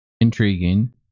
intriguing